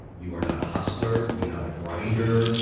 you are not a hustler, you are not a grinder,